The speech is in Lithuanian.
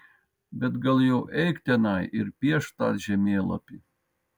bet gal jau eik tenai ir piešk tą žemėlapį